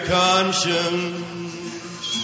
conscience